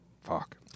fuck